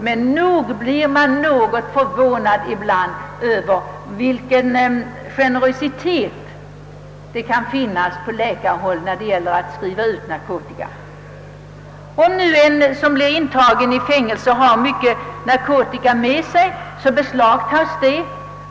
Men nog blir man ibland något förvånad över vilken generositet som kan finnas på läkarhåll när det gäller att skriva ut narkotika. Om nu den som blir intagen i fängelse har mycket narkotika med sig beslagtas denna.